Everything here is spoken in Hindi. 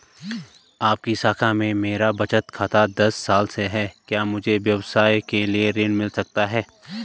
आपकी शाखा में मेरा बचत खाता दस साल से है क्या मुझे व्यवसाय के लिए ऋण मिल सकता है?